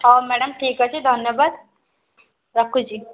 ହଁ ମ୍ୟାଡ଼ାମ ଠିକ୍ ଅଛି ଧନ୍ୟବାଦ ରଖୁଛି